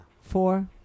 Four